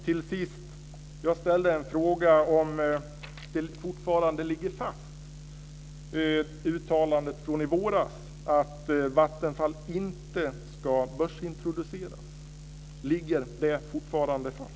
Till sist: Jag ställde en fråga om uttalandet från i våras, att Vattenfall inte ska börsintroduceras, ligger det fortfarande fast?